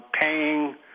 paying